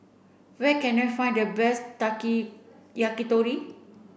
where can I find the best Yakitori